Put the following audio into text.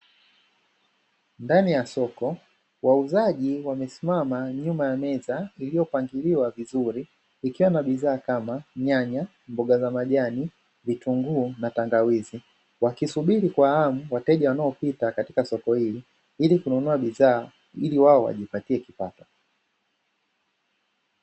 Ndani ya soko, wauzaji wamesimama nyuma ya meza iliyopangiliwa vizuri, ikiwa na bidhaa kama; nyanya, mboga za majani, vitunguu na tangawizi. Wakisubiri kwa hamu wateja wanaopita katika soko hili, ili kununua bidhaa ili wao wajipatie kipato.